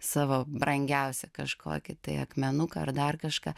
savo brangiausią kažkokį tai akmenuką ar dar kažką